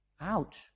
Ouch